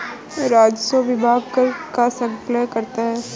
राजस्व विभाग कर का संकलन करता है